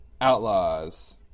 outlaws